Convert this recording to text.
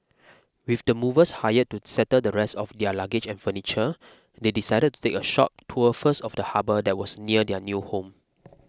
with the movers hired to settle the rest of their luggage and furniture they decided to take a short tour first of the harbour that was near their new home